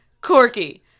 Corky